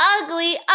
Ugly